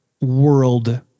world